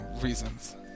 reasons